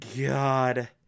God